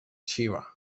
xiva